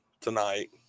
tonight